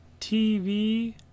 TV